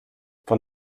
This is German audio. von